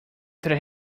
there